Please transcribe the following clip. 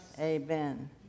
Amen